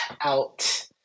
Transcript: out